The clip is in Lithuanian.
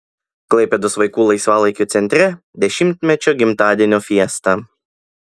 klaipėdos vaikų laisvalaikio centre dešimtmečio gimtadienio fiesta